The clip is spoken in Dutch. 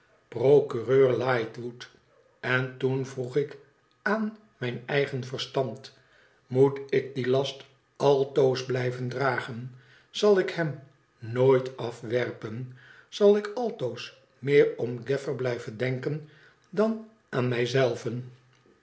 procureur lightwood en toen vroeg ik aan mijn eigen verstand moet ik dien last altoos blijven dragen zal ik hem nooit afwerpen zal ik altoos meer om gaffer blijven denken dan aan mij